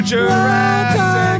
Jurassic